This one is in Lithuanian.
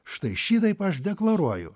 štai šitaip aš deklaruoju